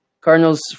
Cardinals